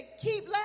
keep